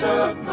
up